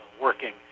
working